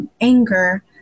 anger